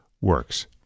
works